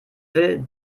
will